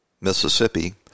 Mississippi